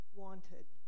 wanted